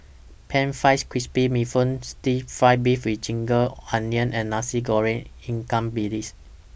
Pan Fried Crispy Bee Hoon Stir Fry Beef with Ginger Onion and Nasi Goreng Ikan Bilis